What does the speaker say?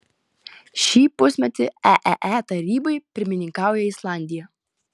šį pusmetį eee tarybai pirmininkauja islandija